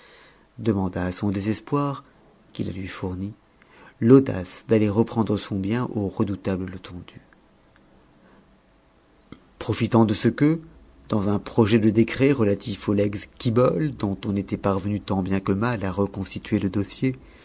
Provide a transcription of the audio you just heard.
demanda à son désespoir qui la lui fournit l'audace d'aller reprendre son bien au redoutable letondu profitant de ce que dans un projet de décret relatif au legs quibolle dont on était parvenu tant bien que mal à reconstituer le dossier